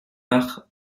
par